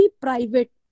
private